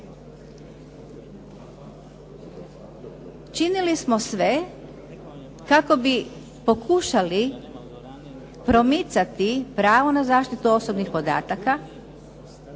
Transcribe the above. Činili smo sve kako bi pokušali promicati pravo na zaštitu osobnih podataka